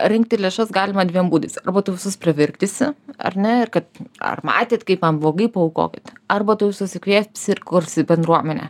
rinkti lėšas galima dviem būdais arba tu visus pravirkdysi ar ne ir kad ar matėt kaip man blogai paaukokit arba tu susikviesi ir kursi bendruomenę